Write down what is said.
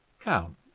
count